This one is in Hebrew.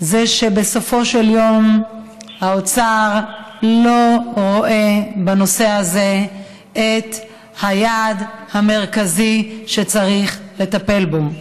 שבסופו של יום האוצר לא רואה בנושא הזה את היעד המרכזי שצריך לטפל בו.